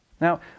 now